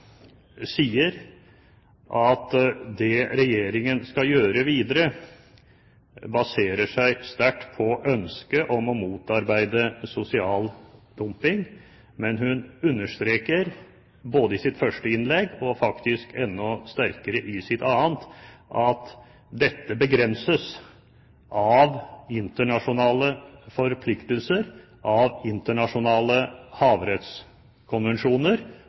sier at det Regjeringen skal gjøre videre, baserer seg sterkt på ønsket om å motarbeide sosial dumping. Men hun understreker både i sitt første innlegg og faktisk enda sterkere i sitt annet at dette begrenses av internasjonale forpliktelser, av internasjonale havrettskonvensjoner